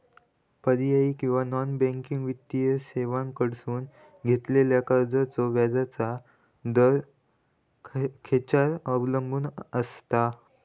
पर्यायी किंवा non banking वित्तीय सेवांकडसून घेतलेल्या कर्जाचो व्याजाचा दर खेच्यार अवलंबून आसता?